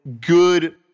good